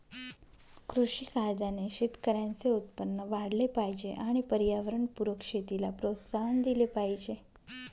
कृषी कायद्याने शेतकऱ्यांचे उत्पन्न वाढले पाहिजे आणि पर्यावरणपूरक शेतीला प्रोत्साहन दिले पाहिजे